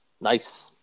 Nice